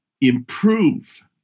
improve